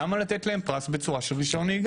למה לתת להם פרס בצורת רשיון נהיגה?